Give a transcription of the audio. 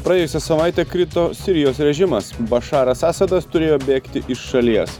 praėjusią savaitę krito sirijos režimas bašaras asadas turėjo bėgti iš šalies